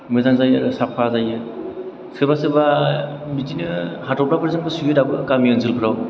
मोजां जायो आरो साफा जायो सोरबा सोरबा बिदिनो हाथफ्लाफोरजोंबो सुयो दाबो गामि ओनसोलफ्राव